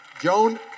Joan